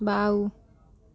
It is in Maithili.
बाउ